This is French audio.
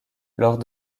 lors